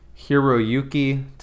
hiroyuki